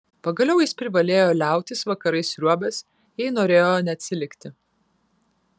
pagaliau jis privalėjo liautis vakarais sriuobęs jei norėjo neatsilikti